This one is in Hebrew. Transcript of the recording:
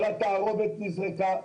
כל התערובת נזרקה,